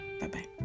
Bye-bye